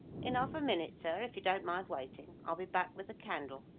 in half a minute, sir, if you don't mind waiting, i'll be back with the candle.